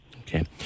Okay